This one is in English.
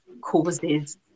causes